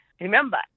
Remember